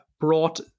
brought